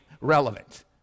relevant